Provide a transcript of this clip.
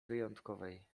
wyjątkowej